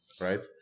right